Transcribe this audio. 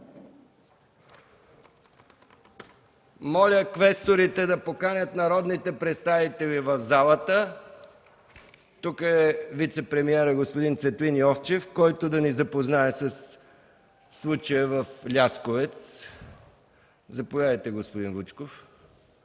Моля квесторите да поканят народните представители в залата. Тук е вицепремиерът господин Цветлин Йовчев, който да ни запознае със случая в Лясковец. Заповядайте за процедура,